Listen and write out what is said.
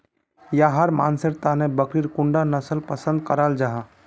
याहर मानसेर तने बकरीर कुंडा नसल पसंद कराल जाहा?